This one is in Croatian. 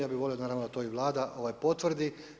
Ja bih volio naravno da to i Vlada potvrdi.